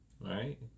right